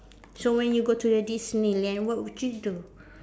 so when you go to the Disneyland what would you do